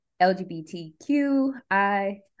LGBTQI